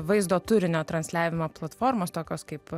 vaizdo turinio transliavimo platformos tokios kaip